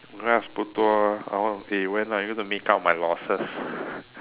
grass 不多 oh when are you going to make up my losses